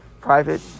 private